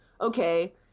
okay